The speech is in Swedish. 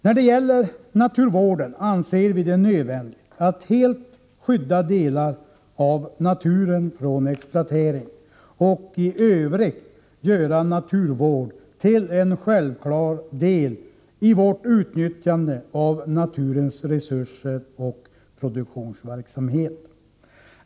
När det gäller naturvården anser vi det nödvändigt att helt skydda delar av naturen från exploatering och i övrigt göra naturvård till en självklar del i vårt utnyttjande av naturens resurser och vår produktionsverksamhet.